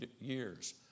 years